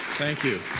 thank you.